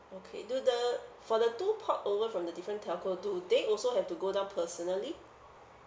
okay do the for the two port over from the different telco do they also have to go down personally